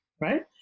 Right